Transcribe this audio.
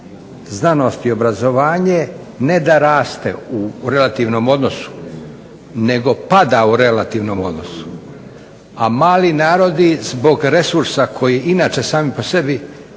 znanost i obrazovanje ne da raste u relativnom odnosu nego pada u relativnom odnosu. A mali narodi zbog resursa koji inače sami po sebi imaju